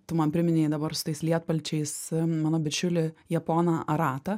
tu man priminei dabar su tais lietpalčiais mano bičiuli japoną aratą